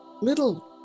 little